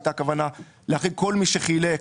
הייתה כוונה להחריג כל מי שחילק